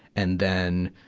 and then,